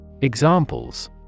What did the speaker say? Examples